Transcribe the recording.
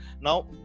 Now